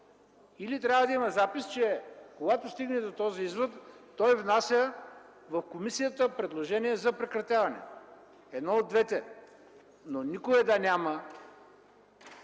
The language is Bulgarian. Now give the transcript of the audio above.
или трябва да има запис, че когато стигне до този извод, той внася предложение в комисията за прекратяване. Едно от двете. Но никоя да няма